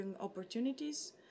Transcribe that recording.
opportunities